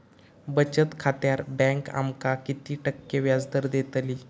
बचत खात्यार बँक आमका किती टक्के व्याजदर देतली?